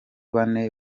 bane